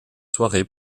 soirées